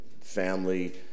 family